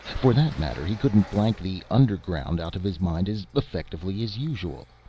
for that matter, he couldn't blank the underground out of his mind as effectively as usually.